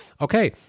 okay